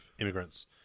immigrants